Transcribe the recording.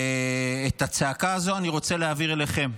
את הצעקה הזו אני רוצה להעביר אליכם.